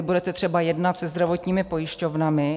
Budete třeba jednat se zdravotními pojišťovnami?